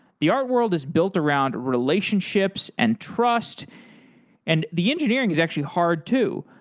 the art world is built around relationships and trust and the engineering is actually hard to.